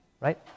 right